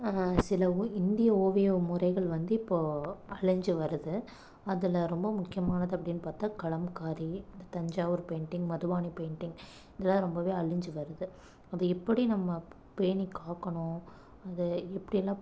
சில ஓ இந்திய ஓவிய முறைகள் வந்து இப்போது அழிஞ்சு வருது அதில் ரொம்ப முக்கியமானது அப்படினு பார்த்தா கலம்காரி இந்த தஞ்சாவூர் பெயிண்டிங் மதுவானி பெயிண்டிங் இதெல்லாம் ரொம்பவே அழிஞ்சு வருது அதை எப்படி நம்ம பேணிக்காக்கணும் அதை எப்படி எல்லாம்